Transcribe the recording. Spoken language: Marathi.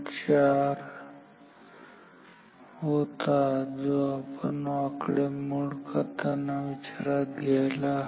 4 होतो जो आपण आकडेमोड करताना विचारात घ्यायला हवा